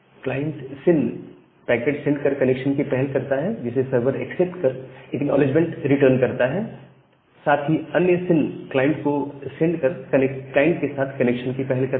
client SYN packet send कर connection की पहल करता है जिसे सर्वर एक्सेप्ट कर एक्नॉलेजमेंट रिटर्न करता है साथ ही अन्य सिन क्लाइंट को सेंड कर क्लाइंट के साथ कनेक्शन की पहल करता है